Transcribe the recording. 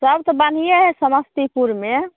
सब तऽ बढ़िये हय समस्तीपुरमे